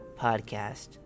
podcast